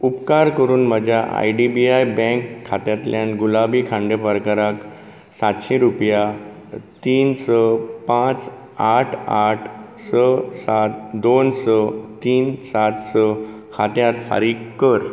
उपकार करून म्हज्या I D B I bank खात्यांतल्यान गुलाबी खांडेपारकाराक सातशे रुपया तीन स पांच आठ आठ स सात दोन स तीन सात स खात्यांत फारीक कर